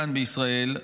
כאן בישראל.